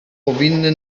powinny